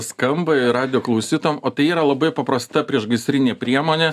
skamba ir radijo klausytojam o tai yra labai paprasta priešgaisrinė priemonė